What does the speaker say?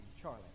Charlie